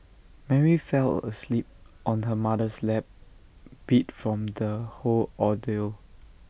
Mary fell asleep on her mother's lap beat from the whole ordeal